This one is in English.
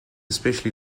specially